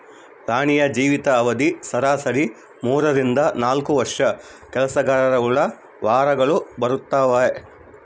ರಾಣಿಯ ಜೀವಿತ ಅವಧಿ ಸರಾಸರಿ ಮೂರರಿಂದ ನಾಲ್ಕು ವರ್ಷ ಕೆಲಸಗರಹುಳು ವಾರಗಳು ಬದುಕ್ತಾವೆ